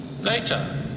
Later